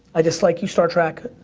i dislike you, star trek,